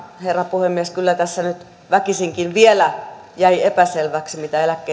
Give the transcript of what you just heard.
puhemies kyllä tässä nyt väkisinkin vielä jäi epäselväksi mitä eläkkeensaajien ostovoimalle on